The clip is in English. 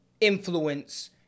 influence